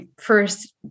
first